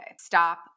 stop